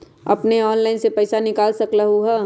अपने ऑनलाइन से पईसा निकाल सकलहु ह?